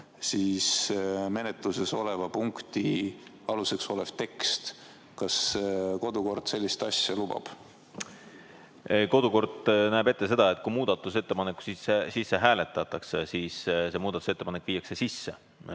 menetluses oleva punkti aluseks olev tekst. Kas kodukord sellist asja lubab? Kodukord näeb ette seda, et kui muudatusettepanek sisse hääletatakse, siis see viiakse sisse.